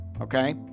Okay